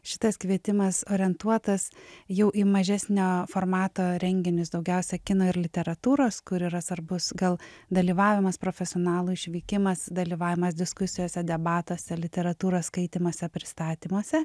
šitas kvietimas orientuotas jau į mažesnio formato renginius daugiausia kino ir literatūros kur yra svarbus gal dalyvavimas profesionalų išvykimas dalyvavimas diskusijose debatuose literatūros skaitymuose pristatymuose